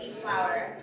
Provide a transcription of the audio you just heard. flour